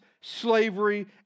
slavery